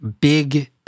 big